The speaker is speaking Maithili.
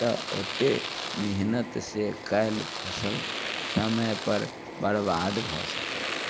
तऽ ओतेक मेहनत से कयल फसल समय पर बरबाद भऽ सकैत छथि